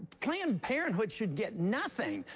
planned parenthood should get nothing,